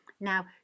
Now